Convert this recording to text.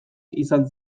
izan